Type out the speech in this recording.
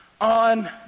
on